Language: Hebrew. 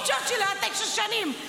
כי צ'רצ'יל היה תשע שנים,